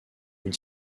une